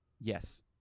yes